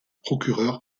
procureur